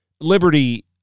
Liberty